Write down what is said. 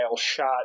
shot